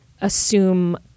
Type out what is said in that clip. assume